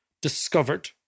discovered